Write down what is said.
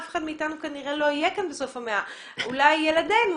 אף אחד מאתנו כנראה לא יהיה כאן בסוף המאה אולי ילדינו,